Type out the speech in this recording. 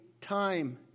time